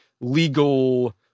legal